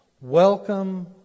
Welcome